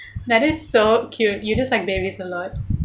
that is so cute you just like babies a lot